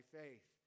faith